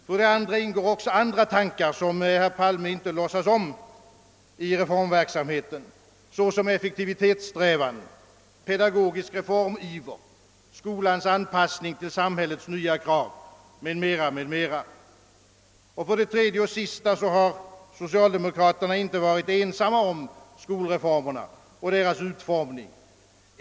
För det andra ingår också i reformverksamheten andra tankegångar som herr Palme inte låtsas om, såsom effektivitetssträvan, pedagogisk reformiver, skolans anpassning till samhällets nya krav m.m. För det tredje och sista har socialdemokraterna inte varit ensamma om skolreformerna och deras utformning.